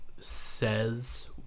says